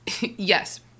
Yes